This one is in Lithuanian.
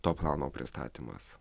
to plano pristatymas